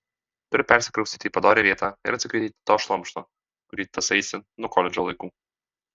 turi persikraustyti į padorią vietą ir atsikratyti to šlamšto kurį tąsaisi nuo koledžo laikų